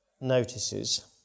notices